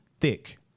Thick